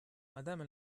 madame